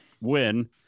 win